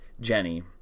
Jenny